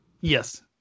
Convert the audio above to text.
Yes